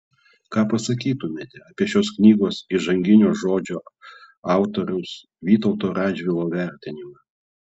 ką pasakytumėte apie šios knygos įžanginio žodžio autoriaus vytauto radžvilo vertinimą